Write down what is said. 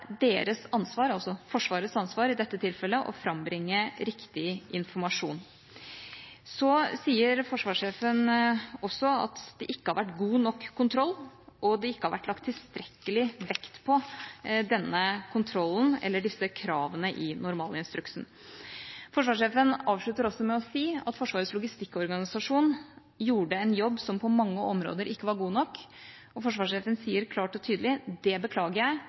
deres ansvar, altså Forsvarets ansvar, i dette tilfellet å frambringe riktig informasjon. Så sier forsvarssjefen også at det ikke har vært god nok kontroll, og at det ikke har vært lagt tilstrekkelig vekt på denne kontrollen eller disse kravene i normalinstruksen. Forsvarssjefen avslutter også med å si at Forsvarets logistikkorganisasjon gjorde en jobb som på mange områder ikke var god nok, og forsvarssjefen sier klart og tydelig: «Det beklager jeg,